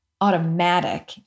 automatic